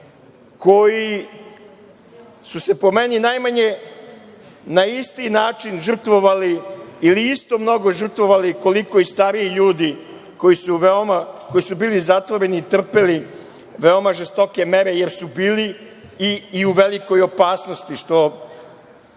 koji su se po meni najmanje na isti način žrtvovali ili isto mnogo žrtvovali, koliko i stariji ljudi koji su bili zatvoreni i trpeli veoma žestoke mere, jer su bili i u velikoj opasnosti